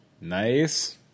Nice